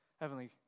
Heavenly